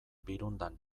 birundan